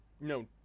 no